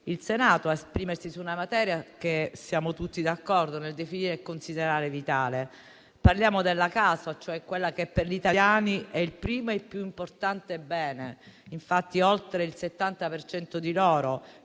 il Senato a esprimersi su una materia che siamo tutti d'accordo nel definire e considerare vitale. Parliamo della casa, quello che per gli italiani è il primo e più importante bene, infatti oltre il 70 per